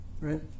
right